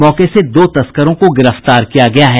मौके से दो तस्करों को गिरफ्तार किया गया है